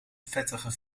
vettige